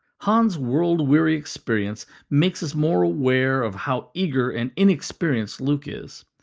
han's world-weary experience makes us more aware of how eager and inexperienced luke is.